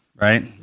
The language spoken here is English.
right